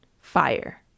fire